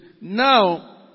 Now